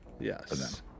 Yes